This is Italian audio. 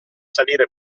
salire